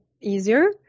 easier